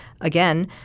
again